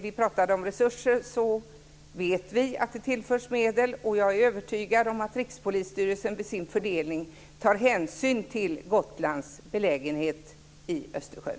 Vi talade om resurser, och vi vet att det tillförs medel. Jag är övertygad om att Rikspolisstyrelsen vid sin fördelning tar hänsyn till Gotlands belägenhet i Östersjön.